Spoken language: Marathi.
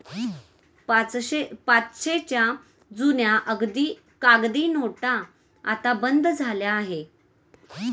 पाचशेच्या जुन्या कागदी नोटा आता बंद झाल्या आहेत